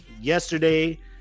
yesterday